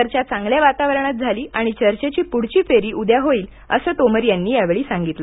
चर्चा चांगल्या वातावरणात झाली आणि चर्चेची पुढची फेरी उद्या होईल असं तोमर यांनी यावेळी सांगितलं